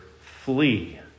Flee